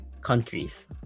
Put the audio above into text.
countries